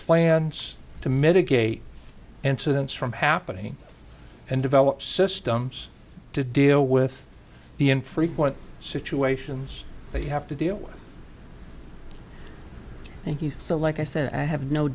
plans to mitigate incidents from happening and develop systems to deal with the infrequent situations they have to deal with thank you so like i said i have no